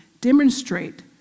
demonstrate